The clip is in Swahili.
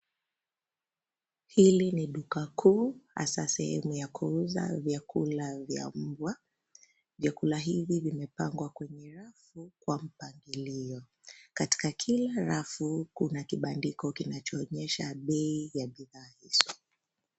Hili ni duka kuu hasa sehemu ya kuuza vyakula vya umbwa. Vyakula hivi vimepangwa kwenye rafu kwa mpangilio. Katika kila rafu kuna kubandiko kinachoonyesha bei ya bidhaa hizo.